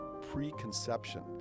preconception